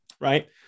right